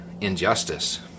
injustice